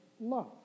love